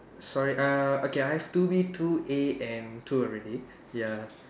sorry uh okay I have two B two A and two already ya